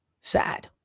sad